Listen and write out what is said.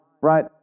right